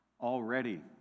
Already